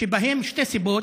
שתי סיבות,